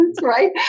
right